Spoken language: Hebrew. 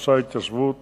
האזרחי באיו"ש